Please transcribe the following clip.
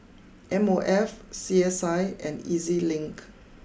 M O F C S I and E Z Link